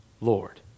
Lord